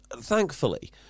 thankfully